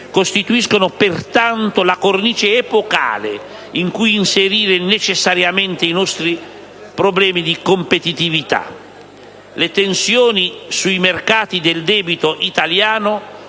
costituiscono pertanto la cornice epocale in cui inserire necessariamente i nostri problemi di competitività. Le tensioni sui mercati del debito italiano